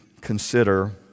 consider